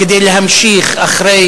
כדי להמשיך אחרי